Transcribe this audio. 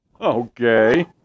Okay